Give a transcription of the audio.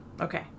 Okay